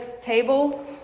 table